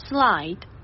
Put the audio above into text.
Slide